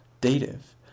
Dative